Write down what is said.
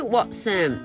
Watson